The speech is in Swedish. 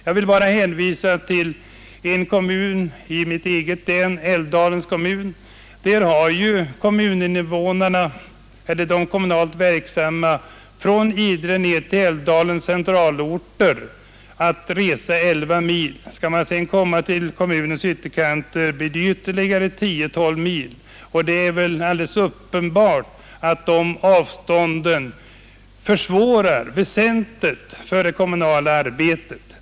Jag vill bara hänvisa till en kommun i mitt eget län, Älvdalens kommun, där de kommunalt verksamma från Idre ner till Älvdalens centralorter har att resa 11 mil. Till kommunens ytterkanter är det ytterligare 10—12 mil. Det är väl alldeles uppenbart att de avstånden väsentligt försvårar det kommunala arbetet.